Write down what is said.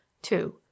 Two